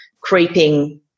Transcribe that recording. creeping